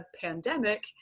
pandemic